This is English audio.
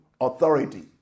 authority